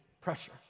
pressure